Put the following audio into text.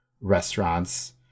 restaurants